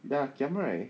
ya giam right